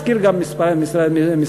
והוא הזכיר גם משרד ספציפי.